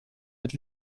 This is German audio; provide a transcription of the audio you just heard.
mit